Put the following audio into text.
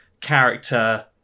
character